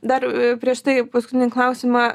dar prieš tai paskutinį klausimą